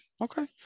okay